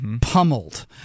pummeled